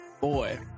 boy